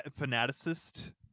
fanaticist